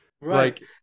Right